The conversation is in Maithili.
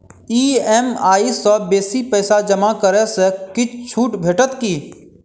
ई.एम.आई सँ बेसी पैसा जमा करै सँ किछ छुट भेटत की?